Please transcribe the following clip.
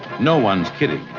no one's kidding.